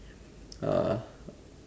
uh